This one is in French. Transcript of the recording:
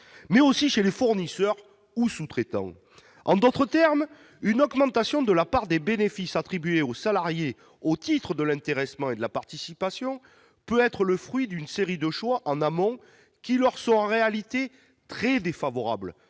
mais aussi chez les fournisseurs ou sous-traitants. En d'autres termes, une augmentation de la part des bénéfices attribuée aux salariés au titre de l'intéressement et de la participation peut être le fruit d'une série de choix en amont qui leur sont en réalité très défavorables-